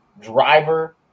driver